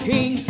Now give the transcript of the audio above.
King